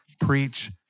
preach